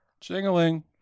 Jingling